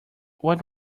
what